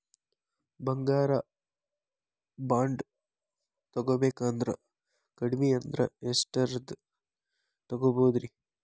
ಬಂಗಾರ ಬಾಂಡ್ ತೊಗೋಬೇಕಂದ್ರ ಕಡಮಿ ಅಂದ್ರ ಎಷ್ಟರದ್ ತೊಗೊಬೋದ್ರಿ?